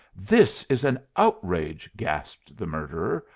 this is an outrage, gasped the murderer,